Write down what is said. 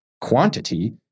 quantity